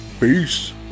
peace